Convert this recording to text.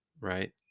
right